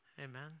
Amen